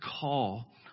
call